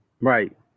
Right